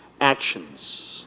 actions